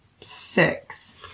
Six